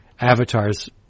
Avatar's